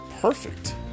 perfect